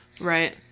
right